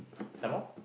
some more